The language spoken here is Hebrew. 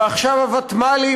ועכשיו הוותמ"לים,